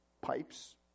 Pipes